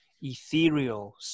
ethereal